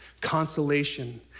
consolation